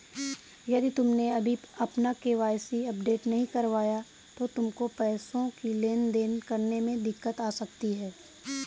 यदि तुमने अभी अपना के.वाई.सी अपडेट नहीं करवाया तो तुमको पैसों की लेन देन करने में दिक्कत आ सकती है